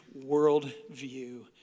worldview